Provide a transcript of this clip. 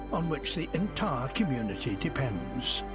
on which the entire community depends.